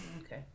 okay